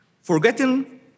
Forgetting